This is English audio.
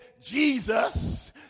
Jesus